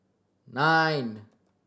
nine